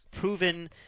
proven